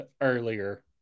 earlier